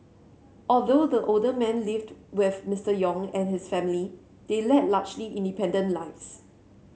although the older man lived with Mister Yong and his family they led largely independent lives